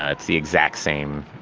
ah it's the exact same.